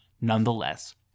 nonetheless